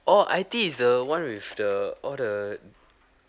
orh itea is the one with the all the